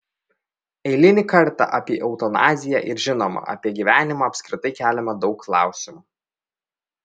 eilinį kartą apie eutanaziją ir žinoma apie gyvenimą apskritai keliama daug klausimų